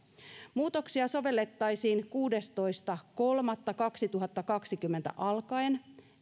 muutoksia sovellettaisiin kuudestoista kolmatta kaksituhattakaksikymmentä alkaen